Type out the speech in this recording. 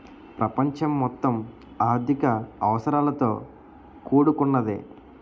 ప్రపంచం మొత్తం ఆర్థిక అవసరాలతో కూడుకున్నదే